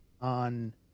on